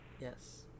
Yes